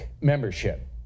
membership